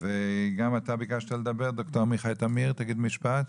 וגם אתה ביקשת לדבר, ד"ר עמיחי תמיר, תגיד משפט.